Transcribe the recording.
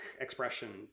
expression